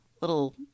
little